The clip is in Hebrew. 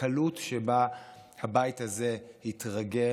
הקלות שבה הבית הזה התרגל